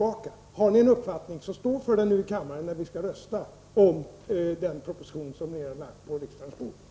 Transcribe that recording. Har ni en uppfattning, stå också för den i kammaren när ni skall rösta om den proposition som vi har lagt på riksdagens bord.